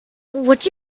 would